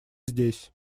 здесь